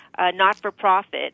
not-for-profit